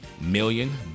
million